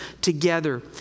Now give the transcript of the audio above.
together